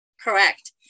Correct